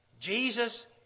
Jesus